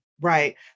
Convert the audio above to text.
right